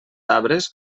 arbres